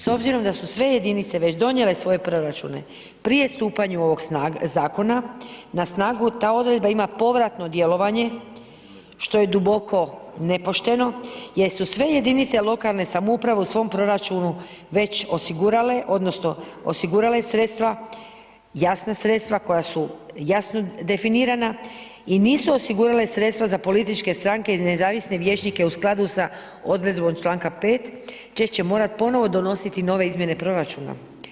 S obzirom da su sve jedinice već donijele svoje proračuna, prije stupanja ovog zakona, na snagu ta odredba ima povratno djelovanje, što je duboko nepošteno jer su sve jedinice lokalne samouprave u svom proračunu već osigurale, odnosno osigurala sredstva, jasna sredstva, koja su jasno definirana i nisu osigurale sredstva za političke stranke i nezavisne vijećnike u skladu sa odredbom čl. 5 te će morati ponovno donositi nove izmjene proračuna.